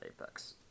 Apex